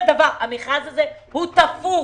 המכרז הזה הוא תפור.